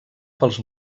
pels